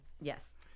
Yes